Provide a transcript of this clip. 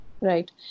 Right